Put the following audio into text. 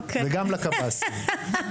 וגם לקב"סים.